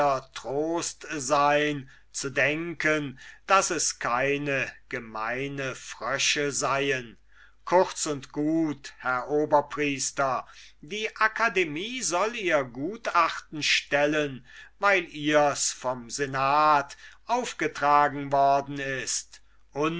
trost sein zu denken daß es keine gemeine frösche seien kurz und gut herr oberpriester die akademie soll ihr gutachten stellen weil ihr's vom senat aufgetragen worden ist